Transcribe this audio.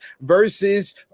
versus